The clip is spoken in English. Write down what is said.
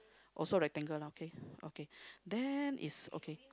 also rectangle lah okay okay then it's okay